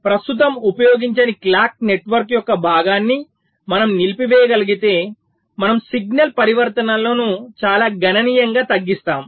ప్రస్తుతం ఉపయోగించని clock network యొక్క భాగాన్ని మనము నిలిపివేయగలిగితే మనము సిగ్నల్ పరివర్తనలను చాలా గణనీయంగా తగ్గిస్తాము